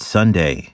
Sunday